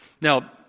Now